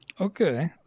Okay